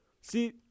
See